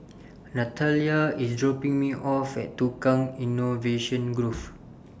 Natalya IS dropping Me off At Tukang Innovation Grove